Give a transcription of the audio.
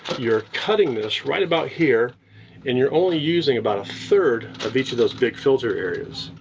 you're cutting this right about here and you're only using about a third of each of those big filter areas.